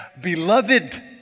beloved